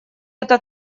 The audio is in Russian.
это